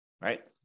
right